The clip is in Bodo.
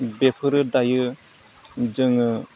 बेफोरो दायो जोङो